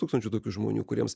tūkstančių tokių žmonių kuriems